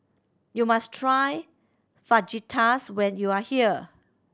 you must try Fajitas when you are here